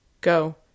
Go